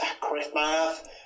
Christmas